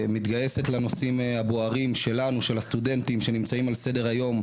מתגייסת לנושאים הבוערים של הסטודנטים שנמצאים על סדר היום,